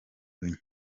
uyu